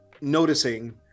noticing